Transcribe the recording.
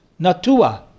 natua